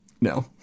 no